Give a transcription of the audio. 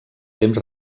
temps